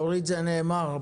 דורית, זה כבר נאמר.